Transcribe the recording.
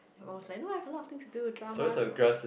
and my mum was like no lah I have a lot of things to do dramas